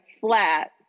flat